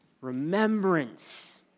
remembrance